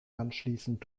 anschließend